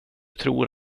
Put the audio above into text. tror